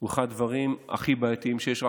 הוא אחד הדברים הכי בעייתיים שיש.